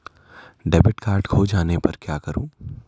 Debit card खो जाने पर क्या करूँ?